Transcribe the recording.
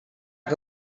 que